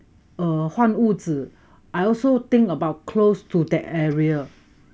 err 换屋子 I also think about close to that area